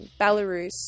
Belarus